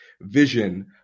vision